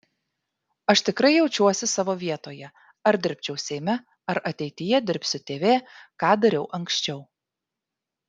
aš tikrai jaučiuosi savo vietoje ar dirbčiau seime ar ateityje dirbsiu tv ką dariau anksčiau